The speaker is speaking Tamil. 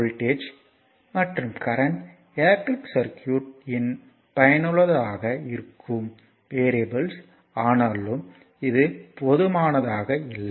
வோல்டேஜ் மற்றும் கரண்ட் எலக்ட்ரிக் சர்க்யூட் இன் பயனுள்ளதாக இருக்கும் வெறியபிள்ஸ் ஆனாலும் இது போதுமானதாக இல்லை